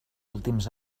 últims